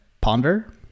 ponder